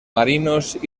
marinos